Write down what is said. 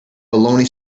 baloney